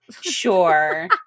Sure